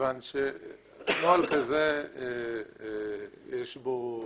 מכיוון שנוהל כזה יש בו